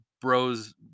bro's